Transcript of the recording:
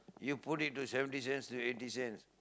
you put into seventy cents to eighty cents